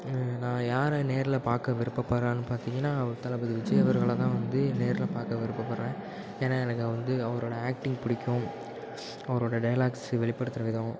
நான் யாரை நேரில் பார்க்க விருப்பப்படறேன்னு பார்த்திங்கனா அவர் தளபதி விஜய் அவர்களை தான் வந்து நேரில் பார்க்க விருப்பப்படுறேன் ஏன்னால் எனக்கு வந்து அவரோடய ஆக்ட்டிங் பிடிக்கும் அவரோடய டயலாக்ஸ்ஸு வெளிப்படுத்துகிற விதம்